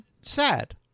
sad